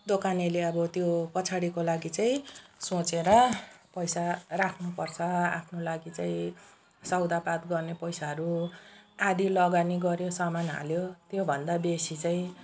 दोकानेले अब त्यो पछाडिको लागि चाहिँ सोचेर पैसा राख्नु पर्छ आफ्नो लागि चाहिँ सौधापात गर्ने पैसाहरू आदि लगानी गर्यो सामान हाल्यो त्यो भन्दा बेसी चाहिँ